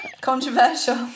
Controversial